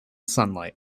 sunlight